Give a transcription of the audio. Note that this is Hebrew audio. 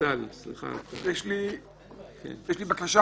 יש לי בקשה,